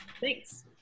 thanks